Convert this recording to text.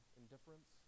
indifference